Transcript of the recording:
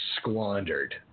squandered